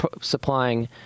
supplying